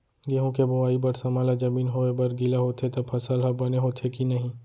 गेहूँ के बोआई बर समय ला जमीन होये बर गिला होथे त फसल ह बने होथे की नही?